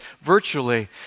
virtually